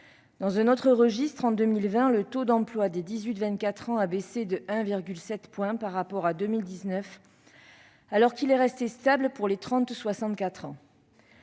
Dans un autre registre, en 2020, le taux d'emploi des 18-24 ans a baissé de 1,7 point par rapport à 2019, alors qu'il est resté stable pour les 30-64 ans.